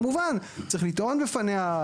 כמובן צריך לטעון בפניה,